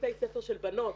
בתי ספר של בנות